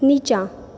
नीचाँ